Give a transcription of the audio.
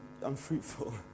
unfruitful